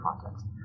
context